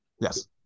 Yes